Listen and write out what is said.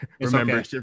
remember